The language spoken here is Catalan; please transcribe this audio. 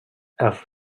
els